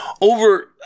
over